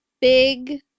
big